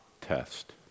test